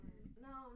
no